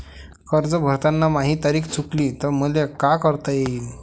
कर्ज भरताना माही तारीख चुकली तर मले का करता येईन?